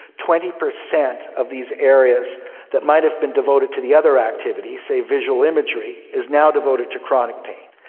twenty percent of these areas that might have been devoted to the other activity, say visual imagery, is now devoted to chronic pain.